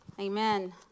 Amen